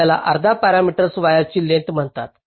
याला अर्ध्या पॅरामीटर वायरची लेंग्थस म्हणतात